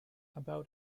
about